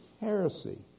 heresy